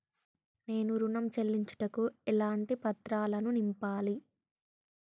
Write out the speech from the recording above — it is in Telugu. నేను ఋణం చెల్లించుటకు ఎలాంటి పత్రాలను నింపాలి?